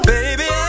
Baby